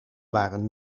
waren